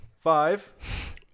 Five